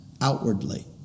outwardly